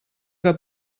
que